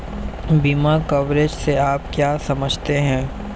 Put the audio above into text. बीमा कवरेज से आप क्या समझते हैं?